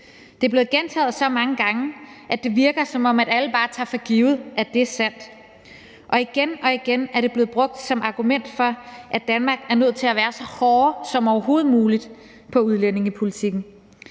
Det er blevet gentaget så mange gange, at det virker, som om alle bare tager for givet, at det er sandt, og igen og igen er det blevet brugt som argument for, at Danmark er nødt til at være så hårde som overhovedet muligt i udlændingepolitikken.